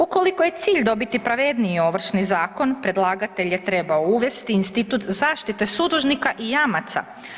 Ukoliko je cilj dobiti pravedniji Ovršni zakon, predlagatelj je trebao uvesti institut zaštite sudužnika i jamaca.